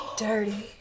dirty